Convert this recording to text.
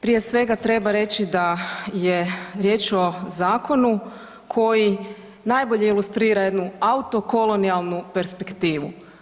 Prije svega treba reći da je riječ o zakonu koji najbolje ilustrira jednu autokolonijalnu perspektivu.